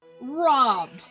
Robbed